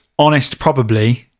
honestprobably